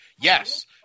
yes –